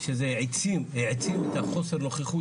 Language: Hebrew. שזה העצים את החוסר נוכחות